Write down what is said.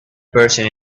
person